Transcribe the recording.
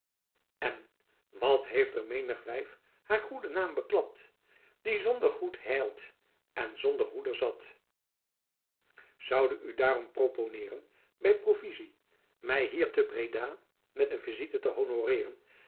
en wat heeft er menig wijf haer goeden naem bekladt die sonder goet heleyt en sonder hoeder sat soude u daerom proponeren by provisie my hier te breda met een visite te honoreren